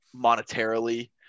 monetarily